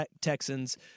Texans